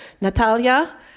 Natalia